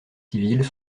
civils